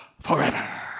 forever